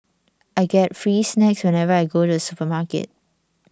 I get free snacks whenever I go to the supermarket